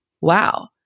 wow